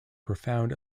profound